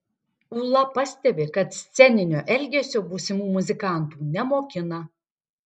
ūla pastebi kad sceninio elgesio būsimų muzikantų nemokina